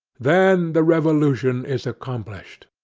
then the revolution is accomplished.